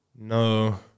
No